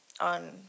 on